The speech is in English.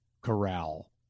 corral